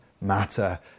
matter